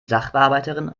sachbearbeiterin